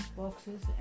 boxes